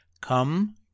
Come